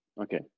okay